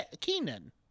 Keenan